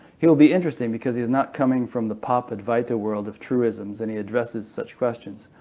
he'll be interesting because he's not coming from the pop-advaita world of truisms, and he addresses such questions.